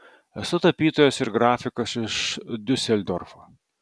esu tapytojas ir grafikas iš diuseldorfo